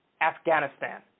Afghanistan